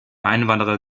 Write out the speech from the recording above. einwanderer